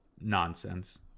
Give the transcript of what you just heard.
nonsense